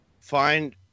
find